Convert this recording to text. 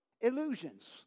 illusions